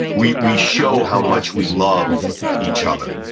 we we show how much we love each other.